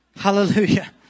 Hallelujah